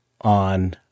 on